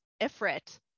Ifrit